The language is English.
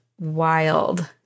wild